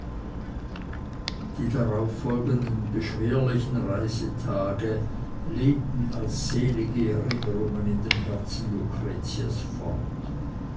die darauf folgenden beschwerlichen reisetage lebten als selige erinnerungen in dem herzen lucretias fort